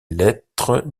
lettres